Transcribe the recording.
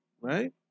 right